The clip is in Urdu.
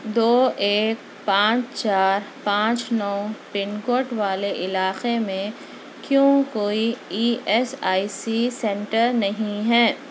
دو ایک پانچ چار پانچ نو پن کوڈ والے علاقے میں کیوں کوئی E S I C centre نہیں ہے